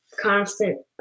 constant